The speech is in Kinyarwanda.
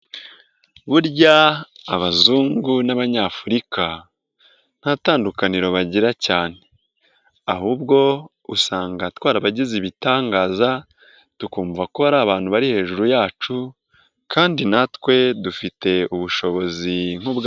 Burya abazungu n'abanyafurika nta tandukaniro bagira cyane, ahubwo usanga twarabagize ibitangaza tukumva ko ari abantu bari hejuru yacu, kandi natwe dufite ubushobozi nk'ubwa,